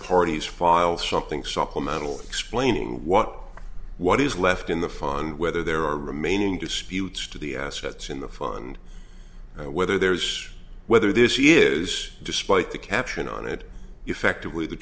parties file something supplemental explaining what what is left in the fund whether there are remaining disputes to the assets in the fund and whether there's whether this is despite the caption on it effectively the